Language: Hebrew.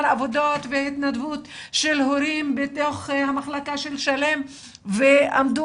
עבודות והתנדבות של הורים בתוך המחלקה של שלם ועמדו